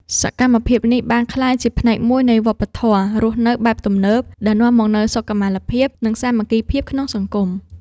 សកម្មភាពនេះបានក្លាយជាផ្នែកមួយនៃវប្បធម៌រស់នៅបែបទំនើបដែលនាំមកនូវសុខុមាលភាព និងសាមគ្គីភាពក្នុងសហគមន៍។